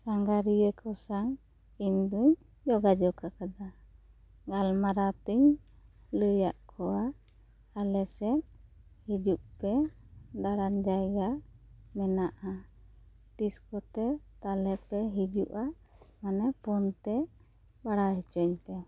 ᱥᱟᱸᱜᱷᱟᱨᱤᱭᱟᱹ ᱠᱚ ᱥᱟᱶ ᱤᱧ ᱫᱚᱹᱧ ᱡᱚᱜᱟᱡᱳᱜᱽ ᱟᱠᱟᱫᱟ ᱜᱟᱞᱢᱟᱨᱟᱣ ᱛᱮᱧ ᱞᱟᱹᱭᱟᱜ ᱠᱚᱣᱟ ᱟᱞᱮ ᱥᱮᱫ ᱦᱤᱡᱩᱜ ᱯᱮ ᱫᱟᱬᱟᱱ ᱡᱟᱭᱜᱟ ᱢᱮᱱᱟᱜᱼᱟ ᱛᱤᱥ ᱠᱚᱛᱮ ᱛᱟᱦᱚᱞᱮ ᱯᱮ ᱦᱤᱡᱩᱜᱼᱟ ᱢᱟᱱᱮ ᱯᱷᱳᱱ ᱛᱮ ᱵᱟᱲᱟᱭ ᱦᱚᱪᱚᱭᱤᱧ ᱯᱮ